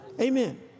Amen